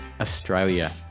Australia